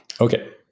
Okay